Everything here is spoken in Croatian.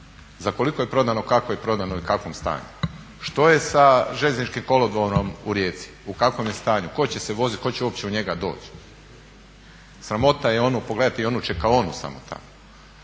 Za koliko je prodano, kako je prodano i u kakvom stanju? Što je sa željezničkim kolodvorom u Rijeci u kakvom je stanju? Tko će se voziti tko će uopće u njega doći? Sramota je pogledati onu čekaonu samo tamo.